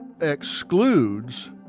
excludes